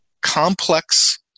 complex